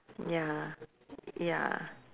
ya ya